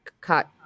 cut